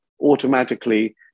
automatically